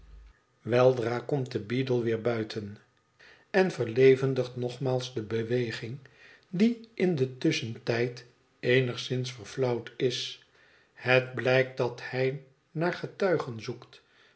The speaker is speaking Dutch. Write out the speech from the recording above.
weldra komt de beadle weer buiten en verlevendigt nogmaals de beweging die in den tusschentijd eenigszins verflauwd is het blijkt dat hij naar getuigen zoekt